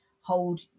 hold